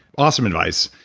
awesome advice.